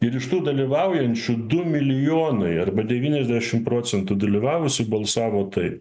ir iš tų dalyvaujančių du milijonai arba devyniasdešim procentų dalyvavusių balsavo taip